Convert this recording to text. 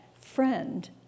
friend